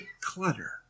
clutter